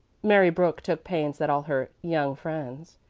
mary brooks took pains that all her young friends,